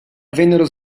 vennero